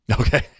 Okay